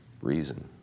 Reason